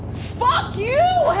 fuck you